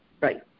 right